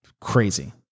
crazy